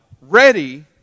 ready